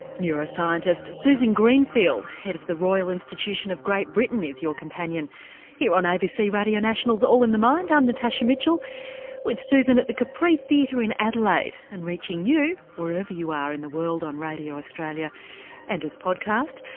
neuroscientist susan greenfield head of the royal institution of great britain is your companion here on abc radio national's all in the mind, i'm natasha mitchell with susan at the capri theatre in adelaide and reaching you wherever you are in the world on radio australia and as podcast.